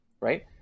right